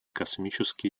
космические